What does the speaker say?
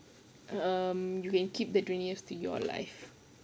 um you can keep that twenty years to your life